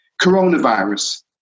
Coronavirus